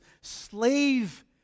slave